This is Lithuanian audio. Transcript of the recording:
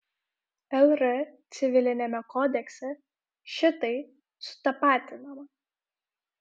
lr civiliniame kodekse šitai sutapatinama